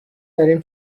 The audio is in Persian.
داریم